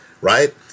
Right